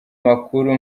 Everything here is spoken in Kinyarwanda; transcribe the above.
makuru